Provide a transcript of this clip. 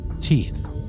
Teeth